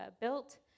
built